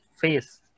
face